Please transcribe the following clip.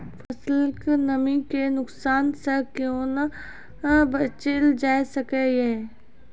फसलक नमी के नुकसान सॅ कुना बचैल जाय सकै ये?